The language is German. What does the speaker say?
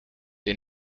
der